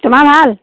তোমাৰ ভাল